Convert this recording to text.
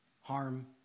harm